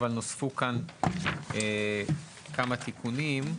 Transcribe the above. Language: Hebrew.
אבל נוספו כאן כמה תיקונים.